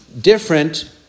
different